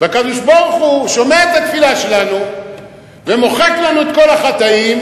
הקדוש-ברוך-הוא שומע את התפילה שלנו ומוחק לנו את כל החטאים,